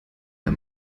der